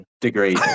degree